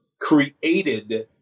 created